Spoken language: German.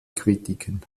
kritiken